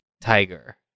Tiger